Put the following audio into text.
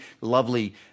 lovely